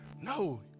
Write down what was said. no